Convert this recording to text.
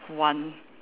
one